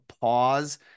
pause